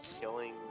killing